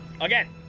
Again